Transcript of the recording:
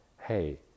hey